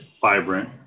vibrant